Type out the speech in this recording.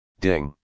Ding